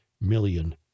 million